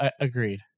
agreed